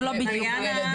זה לא בדיוק ככה.